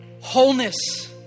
wholeness